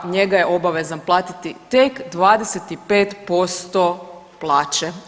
Njega je obavezan platiti tek 25% plaće.